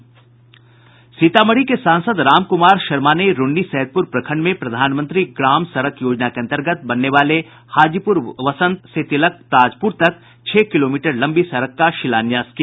सीतामढ़ी के सांसद रामकुमार शर्मा ने रून्नीसैदपुर प्रखंड में प्रधानमंत्री ग्राम सड़क योजना के अतर्गत बनने वाले हाजीपुर बसंत से तिलक ताजपुर तक छह किलोमीटर लंबी सड़क का शिलान्यास किया